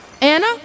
Anna